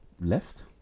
Left